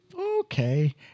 okay